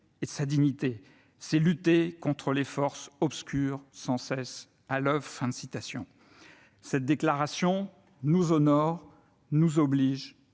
et de sa dignité. C'est lutter contre les forces obscures, sans cesse à l'oeuvre. » Cette déclaration nous honore, nous oblige